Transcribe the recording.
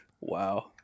Wow